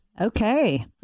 Okay